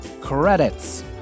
Credits